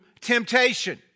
temptation